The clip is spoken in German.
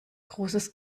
großes